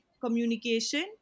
communication